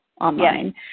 online